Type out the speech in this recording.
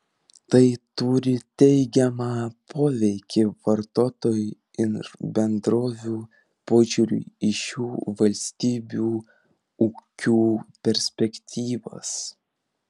tai turi teigiamą poveikį vartotojų ir bendrovių požiūriui į šių valstybių ūkių perspektyvas